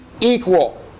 equal